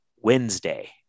Wednesday